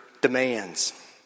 demands